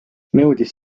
nõudis